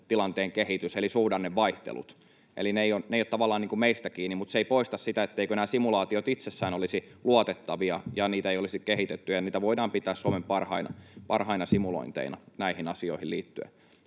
tilanteen kehitys eli suhdannevaihtelut. Ne eivät tavallaan ole meistä kiinni, mutta se ei poista sitä, etteivätkö nämä simulaatiot itsessään olisi luotettavia ja niitä ei olisi kehitetty. Niitä voidaan pitää Suomen parhaina simulointeina näihin asioihin liittyen.